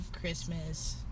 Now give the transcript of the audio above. Christmas